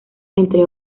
entre